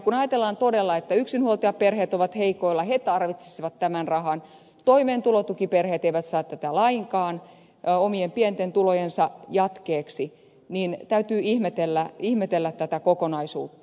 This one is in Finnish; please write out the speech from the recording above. kun ajatellaan todella että yksinhuoltajaperheet ovat heikoilla he tarvitsisivat tämän rahan toimeentulotukiperheet eivät saa tätä lainkaan omien pienten tulojensa jatkeeksi niin täytyy ihmetellä tätä kokonaisuutta